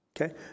Okay